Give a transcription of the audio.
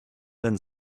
then